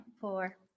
Four